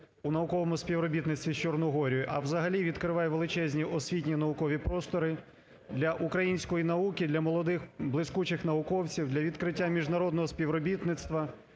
у науковому співробітництві з Чорногорією, а взагалі відкриває величезні освітні наукові простори для української науки, для молодих блискучих науковців, для відкриття міжнародного співробітництва,